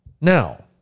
Now